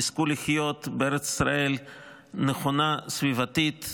יזכו לחיות בארץ ישראל נכונה סביבתית,